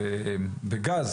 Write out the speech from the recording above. וגז